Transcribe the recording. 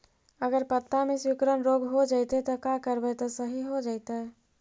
अगर पत्ता में सिकुड़न रोग हो जैतै त का करबै त सहि हो जैतै?